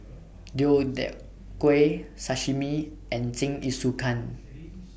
Deodeok Gui Sashimi and Jingisukan